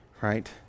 Right